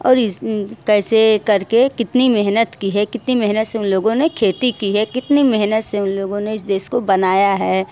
और इस कैसे करके कितनी मेहनत की है कितनी मेहनत से उन लोगों ने खेती की है कितनी मेहनत से उन लोगों ने इस देश को बनाया है